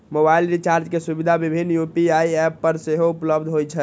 mobile recharge के सुविधा विभिन्न यू.पी.आई एप पर सेहो उपलब्ध होइ छै